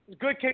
Good